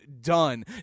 done